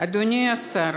אדוני השר,